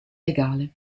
legale